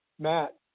Matt